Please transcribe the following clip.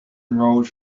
enrolled